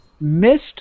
Missed